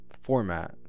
format